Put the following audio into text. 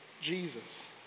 Jesus